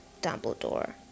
Dumbledore